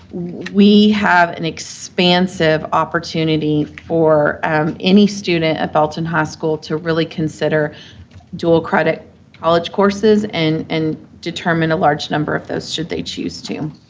we have an expansive opportunity for any student at belton high school to really consider dual credit college courses and and determine a large number of those, should they choose to.